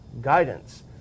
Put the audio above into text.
guidance